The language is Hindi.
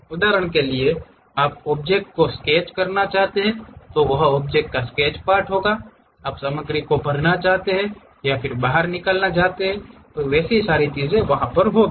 उदाहरण के लिए आप ऑब्जेक्ट को स्केच करना चाहते हैं वह ऑब्जेक्ट स्केच पार्ट होगा आप सामग्री को भरना चाहते हैं बाहर निकालना जैसी कोई चीज वहा होगी